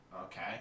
Okay